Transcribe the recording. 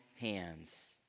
hands